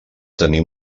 tenir